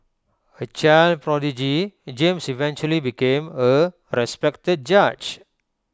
A child prodigy James eventually became A respected judge